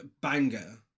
Banger